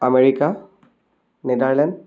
America Netherlands